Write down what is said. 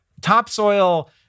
topsoil